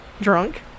drunk